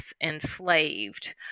enslaved